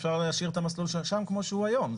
אפשר להשאיר את המסלול שן כפי שהוא היום.